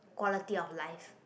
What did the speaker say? quality of life